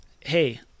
hey